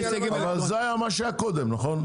אבל זה היה מה שהיה קודם, נכון?